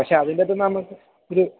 പക്ഷെ അതിൻ്റകത്തു നിന്ന് നമുക്ക് ഒരു